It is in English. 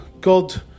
God